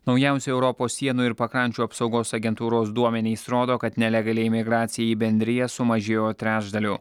naujausi europos sienų ir pakrančių apsaugos agentūros duomenys rodo kad nelegali imigracija į bendriją sumažėjo trečdaliu